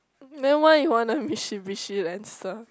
then why you want a Mitsubishi Lancer